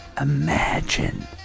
imagine